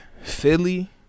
Philly